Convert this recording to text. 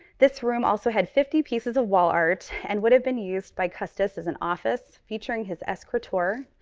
this room also had fifty pieces of wall art and would have been used by custis as an office, featuring his escrutore,